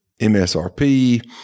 msrp